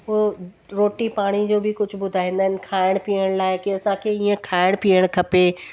उओ रोटी पाणी जो बि कुझु ॿुधाईंदा आहिनि खाइणु पीअणु लाइ कि असांखे ईअं खाइणु पीअणु खपे